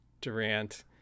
Durant